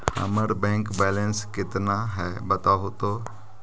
हमर bank balance केतना है बताहु तो?